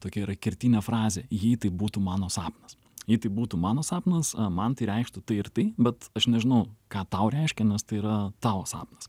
tokia yra kertinė frazė jei tai būtų mano sapnas jei tai būtų mano sapnas man tai reikštų tai ir tai bet aš nežinau ką tau reiškia nes tai yra tavo sapnas